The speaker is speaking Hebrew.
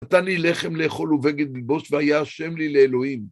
נתן לי לחם לאכול ובגד ללבוש, והיה ה' לי לאלוהים.